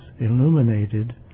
illuminated